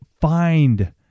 Find